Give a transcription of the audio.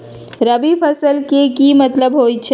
रबी फसल के की मतलब होई छई?